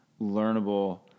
learnable